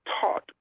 taught